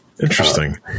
interesting